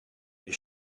mes